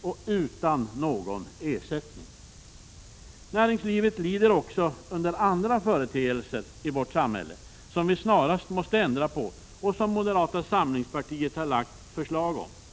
Och detta utan någon ersättning! Näringslivet lider också under andra företeelser i vårt samhälle, företeelser som vi snarast måste ändra på och där moderata samlingspartiet har lagt fram förslag om ändringar.